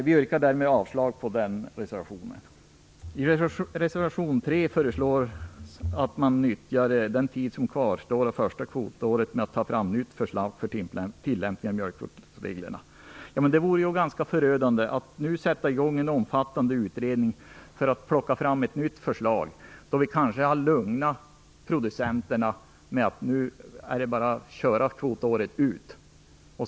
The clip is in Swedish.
Vi yrkar därmed avslag på den reservationen. I reservation 3 föreslås att man nyttjar den tid som kvarstår av första kvotåret till att ta fram ett nytt förslag för tillämpning av mjölkkvotsreglerna. Men det vore ganska förödande att nu sätta i gång en omfattande utredning för att plocka fram ett nytt förslag, då vi kanske har lugnat producenterna med att det nu bara är att köra kvotåret ut.